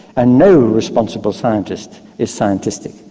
and no responsible scientist is scientistic,